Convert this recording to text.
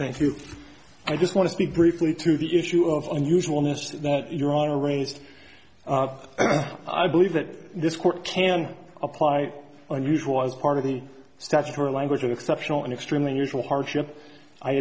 thank you i just want to speak briefly to the issue of unusualness that you're on a raised i believe that this court can apply unusual as part of the statutory language of exceptional and extremely unusual hardship i